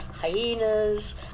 hyenas